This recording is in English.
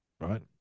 right